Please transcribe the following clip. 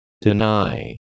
Deny